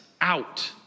out